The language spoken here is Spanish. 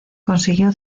consiguió